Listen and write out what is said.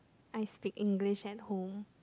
I speak English at home